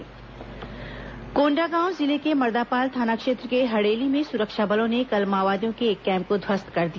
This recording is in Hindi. माओवादी कैम्प ध्वस्त कोंडागांव जिले के मर्दापाल थाना क्षेत्र के हड़ेली में सुरक्षा बलों ने कल माओवादियों के एक कैम्प को ध्वस्त कर दिया